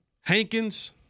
Hankins